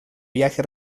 viaje